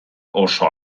oso